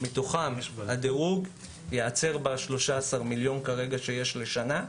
מתוכם הדירוג ייעצר ב-13 מיליון שקלים שיש לשנה.